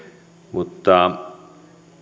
mutta